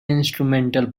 instrumental